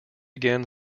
again